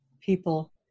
people